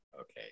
Okay